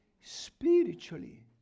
spiritually